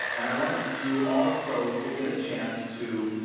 and i want you also to get a chance to